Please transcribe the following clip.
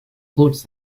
courts